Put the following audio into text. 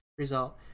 Result